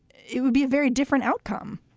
it would be a very different outcome